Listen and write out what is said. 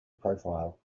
profile